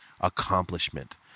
accomplishment